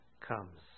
comes